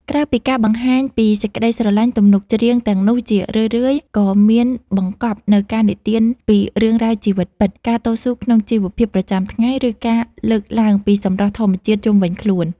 ក្រៅពីការបង្ហាញពីសេចក្តីស្រឡាញ់ ទំនុកច្រៀងទាំងនោះជារឿយៗក៏មានបង្កប់នូវការនិទានពីរឿងរ៉ាវជីវិតពិត ការតស៊ូក្នុងជីវភាពប្រចាំថ្ងៃ ឬការលើកឡើងពីសម្រស់ធម្មជាតិជុំវិញខ្លួន